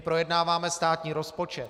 Projednáváme státní rozpočet.